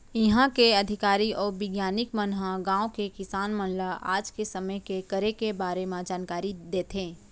इहॉं के अधिकारी अउ बिग्यानिक मन ह गॉंव के किसान मन ल आज के समे के करे के बारे म जानकारी देथे